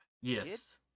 Yes